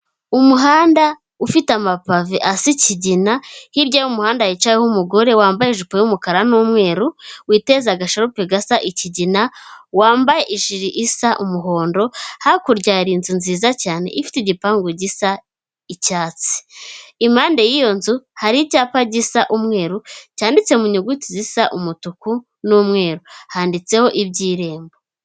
Umuhanda ufite amapavi asi kigina hirya y'umuhanda yicayeho umugore wambaye ijipo y'umukara n'umweru witezaga agasharupe gasa ikigina wambaye ijile isa umuhondo hakurya hari inzu nziza cyane ifite igipangu gisa icyatsi impande y'iyo nzu hari icyapa gisa umweru cyanditse mu nyuguti zisa umutuku n'umweru handitseho iby'irembo.